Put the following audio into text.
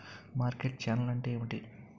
Market channel అంటే ఏమిటి?